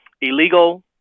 illegal